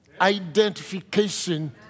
identification